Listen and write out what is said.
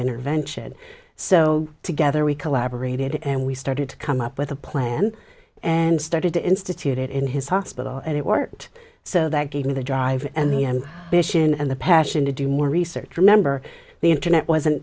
intervention so together we collaborated and we started to come up with a plan and started to institute it in his hospital and it worked so that gave me the drive and the end mission and the passion to do more research remember the internet wasn't